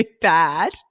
bad